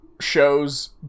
shows